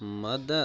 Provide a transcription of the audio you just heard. مدَ